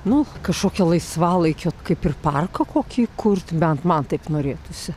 nu kažkokią laisvalaikio kaip ir parką kokį įkurt bent man taip norėtųsi